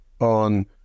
on